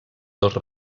dos